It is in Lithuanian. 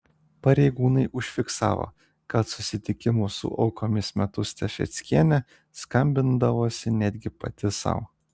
pareigūnai užfiksavo kad susitikimų su aukomis metu stafeckienė skambindavosi netgi pati sau